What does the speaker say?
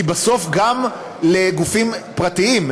כי בסוף גם לגופים פרטיים,